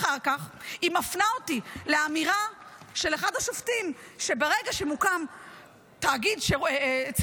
אחר כך היא מפנה אותי לאמירה של אחד השופטים שברגע שמוקם תאגיד ציבורי,